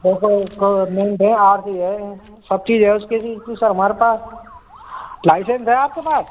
और कोई इसको मेंट है आर सी है सब चीज़ है उसकी सर हमारे पास लाइसेन्स है आपके पास